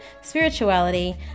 spirituality